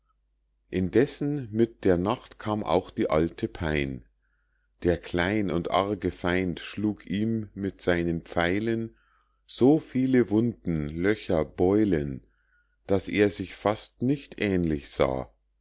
indessen mit der nacht kam auch die alte pein der klein und arge feind schlug ihm mit seinen pfeilen so viele wunden löcher beulen daß er sich fast nicht ähnlich sah